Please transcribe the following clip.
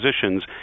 positions